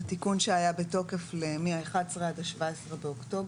זה תיקון שהיה בתוקף מה-11 עד ה-17 באוקטובר,